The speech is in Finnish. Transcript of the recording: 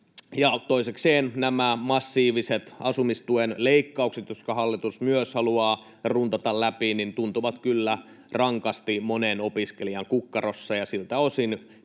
Toisekseen nämä massiiviset asumistuen leikkaukset, jotka hallitus myös haluaa runtata läpi, tuntuvat kyllä rankasti monen opiskelijan kukkarossa ja siltä osin pienentävät